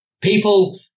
People